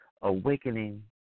awakening